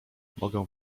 mogę